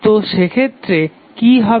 তো সেক্ষেত্রে কি হবে